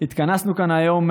התכנסנו כאן היום,